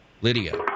Lydia